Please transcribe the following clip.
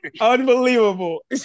Unbelievable